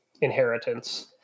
inheritance